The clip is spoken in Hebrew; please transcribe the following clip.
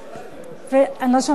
אני לא שומעת את עצמי.